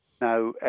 Now